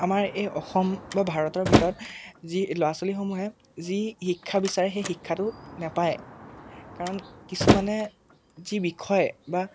আমাৰ এই অসম বা ভাৰতৰ ভিতৰত যি ল'ৰা ছোৱালীসমূহে যি শিক্ষা বিচাৰে সেই শিক্ষাটো নাপায় কাৰণ কিছুমানে যি বিষয় বা